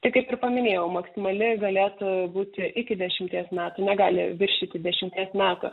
tai kaip ir paminėjau maksimali galėtų būti iki dešimties metų negali viršyti dešimties metų